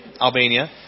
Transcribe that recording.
Albania